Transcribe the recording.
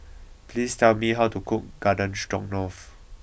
please tell me how to cook Garden Stroganoff